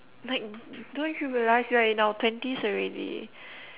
like don't you realize we're in our twenties already